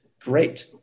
great